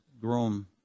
grown